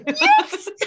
Yes